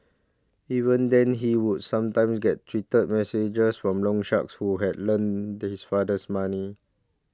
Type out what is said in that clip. even then he would sometimes get treated messages from loan sharks who had lent his fathers money